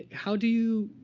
how do you